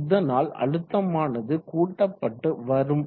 இதனால் அழுத்தம் ஆனது கூட்டப்பட்டு வரும்